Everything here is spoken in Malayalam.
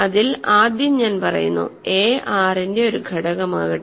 അതിൽ ആദ്യം ഞാൻ പറയുന്നു a R ൻറെ ഒരു ഘടകമാകട്ടെ